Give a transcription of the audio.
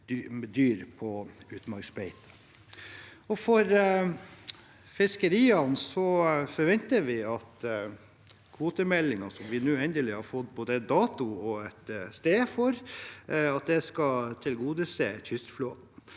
For fiskeriene forventer vi at kvotemeldingen, som vi endelig har fått både dato og et sted for, skal tilgodese kystflåten.